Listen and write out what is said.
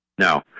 no